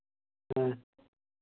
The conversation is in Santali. ᱦᱮᱸ